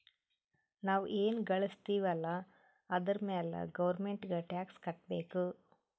ನಾವ್ ಎನ್ ಘಳುಸ್ತಿವ್ ಅಲ್ಲ ಅದುರ್ ಮ್ಯಾಲ ಗೌರ್ಮೆಂಟ್ಗ ಟ್ಯಾಕ್ಸ್ ಕಟ್ಟಬೇಕ್